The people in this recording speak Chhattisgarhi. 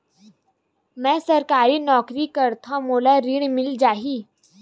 मै सरकारी नौकरी करथव मोला ऋण मिल जाही?